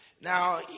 Now